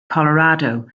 colorado